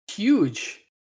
Huge